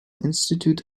institute